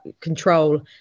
control